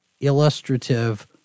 illustrative